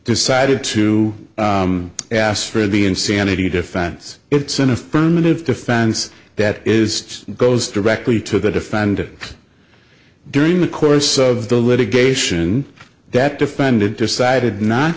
decided to astrid be insanity defense it's an affirmative defense that is goes directly to the defendant during the course of the litigation that defendant decided not